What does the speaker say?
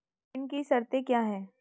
ऋण की शर्तें क्या हैं?